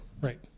Right